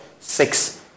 six